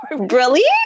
brilliant